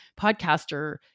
podcaster